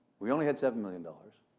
we only had seven million dollars.